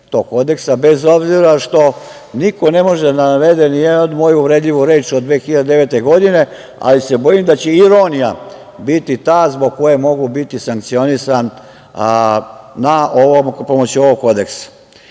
bez obzira što niko ne može da navede nijednu moju uvredljivu reč od 2009. godine, ali se bojim da će ironija biti ta zbog koje mogu biti sankcionisan pomoću ovog Kodeksa. Ja